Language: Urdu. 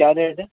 کیا ریٹ ہے